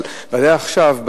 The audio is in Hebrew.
אבל ודאי עכשיו,